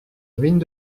ruines